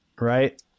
right